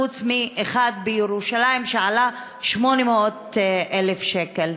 חוץ מאחד בירושלים שעלה 800,000 שקל.